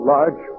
Large